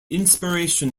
inspiration